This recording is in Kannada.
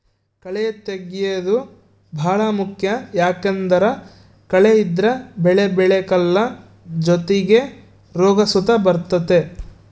ಕಳೇ ತೆಗ್ಯೇದು ಬಾಳ ಮುಖ್ಯ ಯಾಕಂದ್ದರ ಕಳೆ ಇದ್ರ ಬೆಳೆ ಬೆಳೆಕಲ್ಲ ಜೊತಿಗೆ ರೋಗ ಸುತ ಬರ್ತತೆ